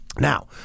Now